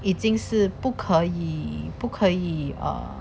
已经是不可以不可以 err